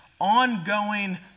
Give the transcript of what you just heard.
ongoing